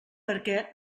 perquè